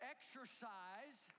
Exercise